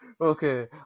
Okay